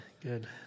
good